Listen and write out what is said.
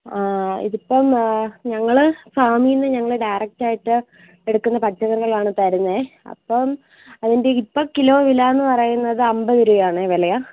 ഇതിപ്പം ഞങ്ങൾ ഫാമിൽ നിന്നു ഞങ്ങൾ ഡയറക്റ്റായിട്ട് എടുക്കുന്ന പച്ചക്കറികളാണ് തരുന്നത് അപ്പം അതിൻ്റെ ഇപ്പം കിലോ വില എന്നു പറയുന്നത് അൻപത് രൂപയാണ് വില